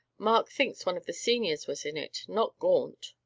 mark thinks one of the seniors was in it not gaunt.